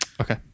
Okay